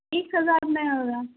ایک ہزار میں ہوگا